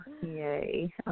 Yay